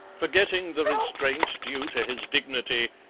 forgetting the restraint due to his dignity,